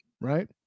right